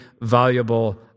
valuable